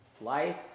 life